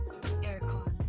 Aircon